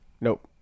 Nope